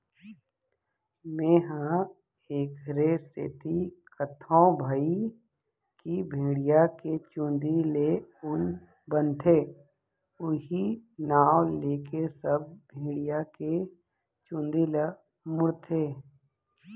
मेंहा एखरे सेती कथौं भई की भेड़िया के चुंदी ले ऊन बनथे उहीं नांव लेके सब भेड़िया के चुंदी ल मुड़थे